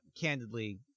Candidly